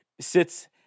sits